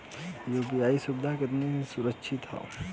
UPI सुविधा केतना सुरक्षित ह?